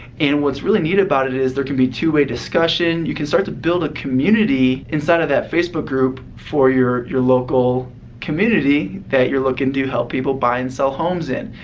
and what's really neat about it is there can be two-way discussion, you can start to build a community inside of that facebook group for your your local community that you're looking to help people buy and sell homes in.